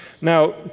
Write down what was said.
Now